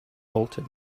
bolted